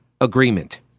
agreement